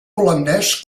holandès